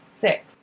six